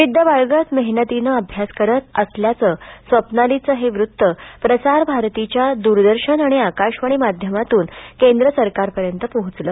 जिद्द बाळगत मेहनतीनं अभ्यास करत असल्याचं स्वप्नालीचं हे वृत्त प्रसारभारतीच्या दुरदर्शन आणि आकाशवाणीच्या माध्यमातून केंद्र सरकारपर्यंत पोहोचलं